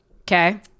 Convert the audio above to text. Okay